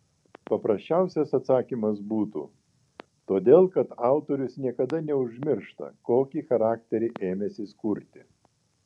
paprasčiausias atsakymas būtų todėl kad autorius niekada neužmiršta kokį charakterį ėmęsis kurti